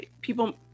people